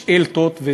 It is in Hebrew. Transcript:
שאילתות,